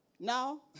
Now